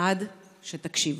עד שתקשיבו.